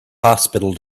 hospital